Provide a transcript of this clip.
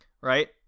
right